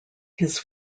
his